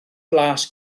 blas